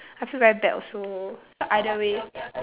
I feel very bad also so either way